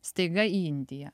staiga į indiją